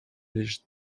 лишь